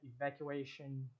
evacuation